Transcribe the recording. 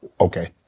Okay